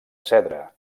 cedre